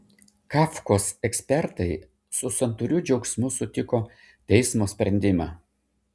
kafkos ekspertai su santūriu džiaugsmu sutiko teismo sprendimą